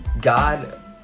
god